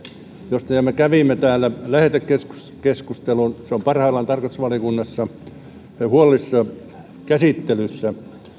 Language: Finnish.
josta me jo kävimme täällä lähetekeskustelun se on parhaillaan tarkastusvaliokunnassa huolellisessa käsittelyssä